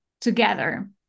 together